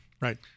Right